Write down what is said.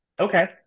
Okay